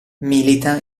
milita